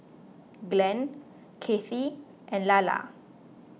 Glenn Kathey and Lalla